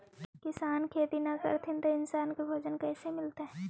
किसान खेती न करथिन त इन्सान के भोजन कइसे मिलतइ?